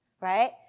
right